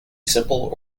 simple